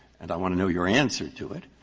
and i want to know your answer to it.